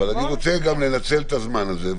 אבל אני רוצה גם לנצל את הזמן הזה,